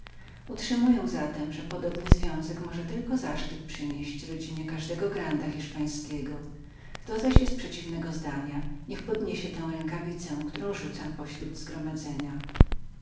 przymiotach utrzymuję zatem że podobny związek może tylko zaszczyt przynieść rodzinie każdego granda hiszpańskiego kto zaś jest przeciwnego zdania niech podniesie tę rękawicę którą rzucam pośród zgromadzenia